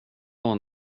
var